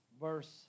verse